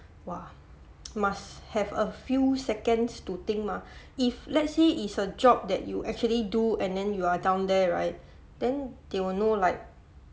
!wah! must have a few seconds to think mah if let's say is a job that you actually do and then you're down there right then they will know like